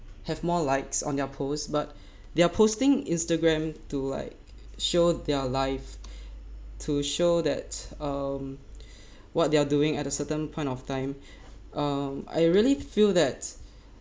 have more likes on their posts but they're posting Instagram to like show their life to show that um what they're doing at a certain point of time um I really feel that